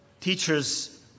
teachers